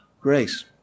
grace